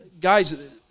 guys